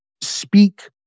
speak